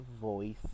voice